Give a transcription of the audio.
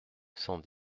cent